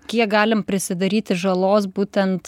kiek galim prisidaryti žalos būtent